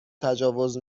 تجاوز